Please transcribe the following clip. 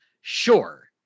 Sure